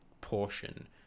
portion